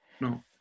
no